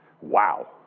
Wow